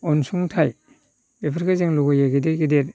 अनसुंथाय बेफोरखौ जों लुगैयो गिदिर गिदिर